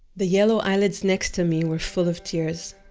the yellow eyelids next to me were full of tears,